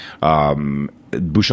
Bouchon